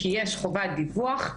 כי יש חובת דיווח,